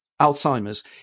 Alzheimer's